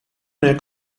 nel